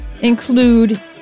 include